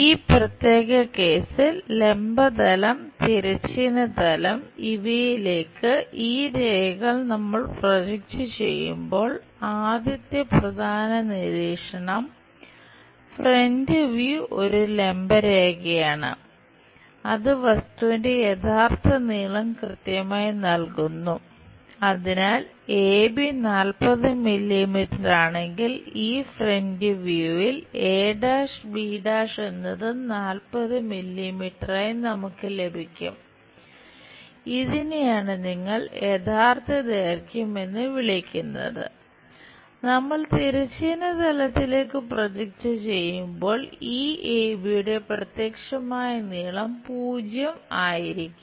ഈ പ്രത്യേക കേസിൽ ആയിരിക്കും